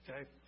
Okay